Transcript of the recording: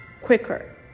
quicker